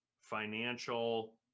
financial